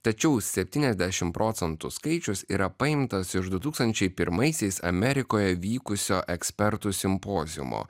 tačiau septyniasdešimt procentų skaičius yra paimtas iš du tūkstančiai pirmaisiais amerikoje vykusio ekspertų simpoziumo